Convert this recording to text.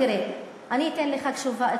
תראה, אני אתן לך תשובה,